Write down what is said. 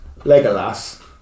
Legolas